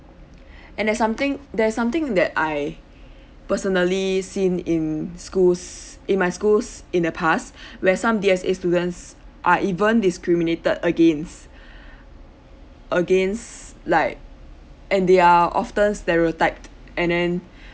and there's something there's something that I personally seen in schools in my schools in the past where some D_S_A students are even discriminated against against like and they're often stereotyped and then